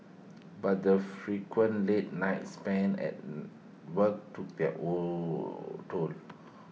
but the frequent late nights spent at work took their all toll